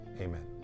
Amen